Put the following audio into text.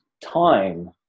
time